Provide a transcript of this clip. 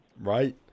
Right